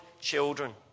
children